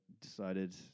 decided